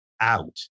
out